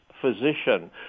physician